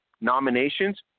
Nominations